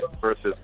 versus